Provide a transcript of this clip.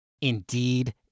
Indeed